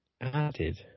added